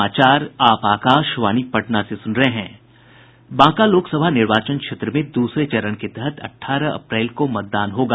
बांका लोकसभा निर्वाचन क्षेत्र में दूसरे चरण के तहत अठारह अप्रैल को मतदान होगा